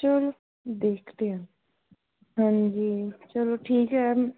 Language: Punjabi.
ਚਲੋ ਦੇਖਦੇ ਹਾਂ ਹਾਂਜੀ ਚਲੋ ਠੀਕ ਹੈ